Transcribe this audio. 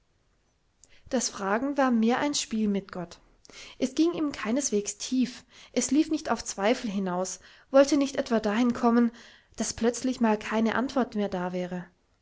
das fragen war mehr ein spiel mit gott es ging ihm keineswegs tief es lief nicht auf zweifel hinaus wollte nicht etwa dahin kommen daß plötzlich mal keine antwort mehr da wäre